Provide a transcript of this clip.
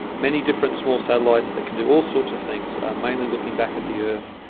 many different small satellites that can do all sorts of things, ah mainly looking back at the earth,